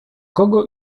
kogo